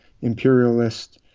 imperialist